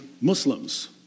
Muslims